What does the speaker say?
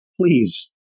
please